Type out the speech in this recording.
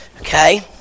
Okay